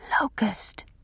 Locust